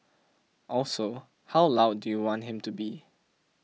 also how loud do you want him to be